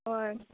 हय